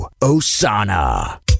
Osana